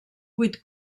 vuit